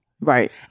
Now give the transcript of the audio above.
Right